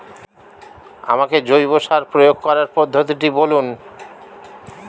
আমাকে জৈব সার প্রয়োগ করার পদ্ধতিটি বলুন?